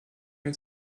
mir